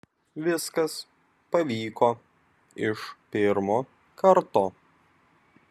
viskas pavyko iš pirmo karto